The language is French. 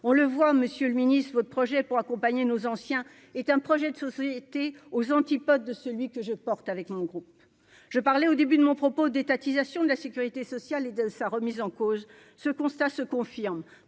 on le voit, Monsieur le Ministre votre projet pour accompagner nos anciens est un projet de société, aux antipodes de celui que je porte avec un groupe, je parlais au début de mon propos d'étatisation de la Sécurité sociale et de sa remise en cause, ce constat se confirme